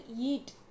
eat